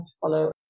follow